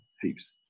heaps